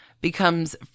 becomes